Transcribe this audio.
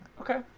okay